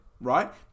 right